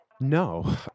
No